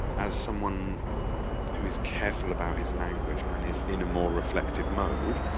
as someone who is careful about his language and is in a more reflective mode,